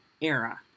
era